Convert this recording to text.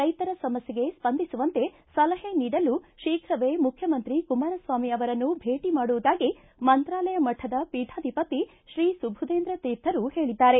ರೈತರ ಸಮಸ್ಟೆಗೆ ಸ್ಪಂದಿಸುವಂತೆ ಸಲಹೆ ನೀಡಲು ಶೀಘವೇ ಮುಖ್ಯಮಂತ್ರಿ ಕುಮಾರಸ್ವಾಮಿ ಅವರನ್ನು ಭೇಟ ಮಾಡುವುದಾಗಿ ಮಂತ್ರಾಲಯ ಮಠದ ಪೀಠಾಧಿಪತಿ ಶ್ರೀ ಸುಭುದೇಂದ್ರ ತೀರ್ಥರು ಹೇಳಿದ್ದಾರೆ